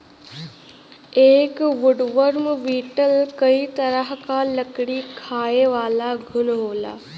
एक woodworm beetle कई तरह क लकड़ी खायेवाला घुन होला